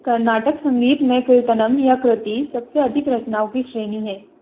कर्नाटक संगीत में कीर्तनम या कृति सबसे अधिक रचनाओं की श्रेणी है